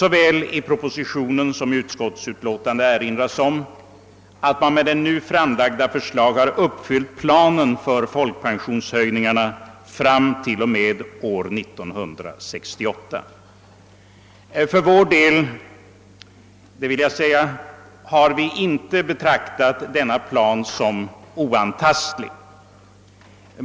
Såväl i propositionen som i utskottsutlåtandet påpekas att man med nu framlagda förslag har uppfyllt planen för folkpensionshöjningarna t.o.m. år 1968. För vår del har vi inte betraktat denna plan såsom oantastlig.